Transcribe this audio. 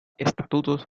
estatutos